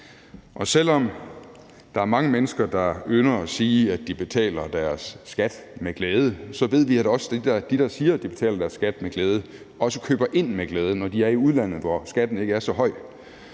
Og selv om der er mange mennesker, der ynder at sige, at de betaler deres skat med glæde, så ved vi, at de, der siger, at de betaler deres skat med glæde, også køber ind med glæde, når de er i udlandet, hvor skatten ikke er så høj.